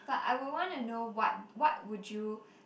but I would wanna know what what would you